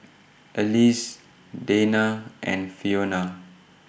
Alease Dayna and Fiona